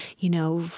you know,